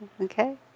Okay